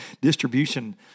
Distribution